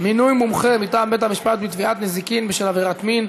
מינוי מומחה מטעם בית-המשפט בתביעת נזיקין בשל עבירת מין),